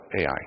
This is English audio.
Ai